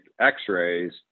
x-rays